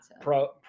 Pro